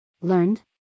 Learned